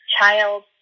child